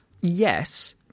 Yes